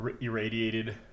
irradiated